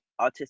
autistic